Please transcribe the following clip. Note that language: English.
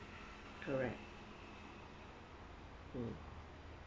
correct hmm